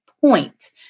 point